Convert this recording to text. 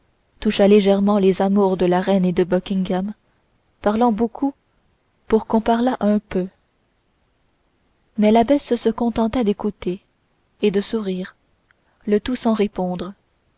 toucha légèrement les amours de la reine et de buckingham parlant beaucoup pour qu'on parlât un peu mais l'abbesse se contenta d'écouter et de sourire le tout sans répondre